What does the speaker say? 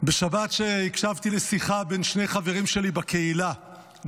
בשבת הקשבתי לשיחה בין שני חברים שלי בקהילה,